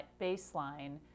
baseline